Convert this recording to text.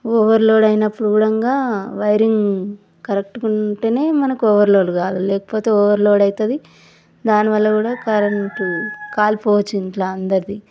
over load అయినప్పుడు కూడంగా wiring కరెక్టుగా ఉంటే మనకు ఓవర్ లోడ్ కాదు లేకపోతే ఓవర్ లోడ్ అవుతుంది దానివల్ల కూడా కరెంటు కాలిపోవచ్చు ఇంట్లో అందరిది